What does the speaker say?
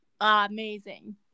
amazing